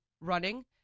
running